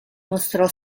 mostrò